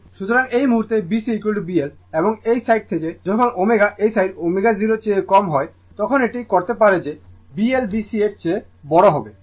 সুতরাং এই মুহুর্তে B CB L এবং এই সাইড থেকে যখন ω এই সাইড ω0 চেয়ে কম হয় তখন এটি করতে পারে যে B L B C এর চেয়ে বড় হবে